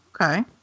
okay